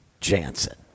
Jansen